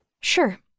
Sure